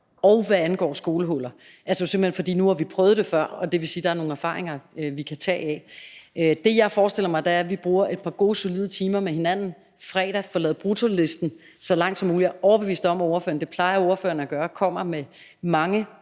og hvad angår skolehuller. Altså, det er jo simpelt hen, fordi vi nu har prøvet det før, og det vil sige, at der er nogle erfaringer, vi kan trække på. Det, jeg forestiller mig, er, at vi bruger et par gode, solide timer med hinanden på fredag og får lavet bruttolisten så lang som muligt. Og jeg er overbevist om, at spørgeren kommer med mange